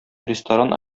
ресторан